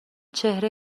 چهره